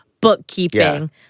bookkeeping